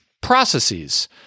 processes